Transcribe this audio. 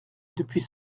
depuis